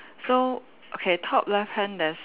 so okay top left hand